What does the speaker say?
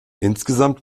insgesamt